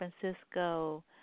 Francisco